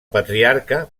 patriarca